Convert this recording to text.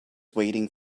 waiting